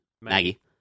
Maggie